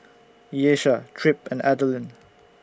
Ieshia Tripp and Adalyn